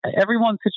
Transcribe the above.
everyone's